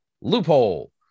loophole